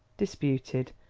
disputed,